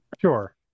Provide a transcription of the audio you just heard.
Sure